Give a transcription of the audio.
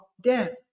death